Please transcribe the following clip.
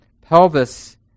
pelvis